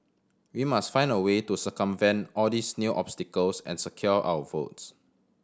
we must find a way to circumvent all these new obstacles and secure our votes